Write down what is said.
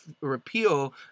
repeal